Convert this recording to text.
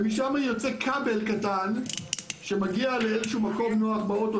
ומשם יוצא כבל קטן שמגיע לאיזשהו מקום נוח באוטו,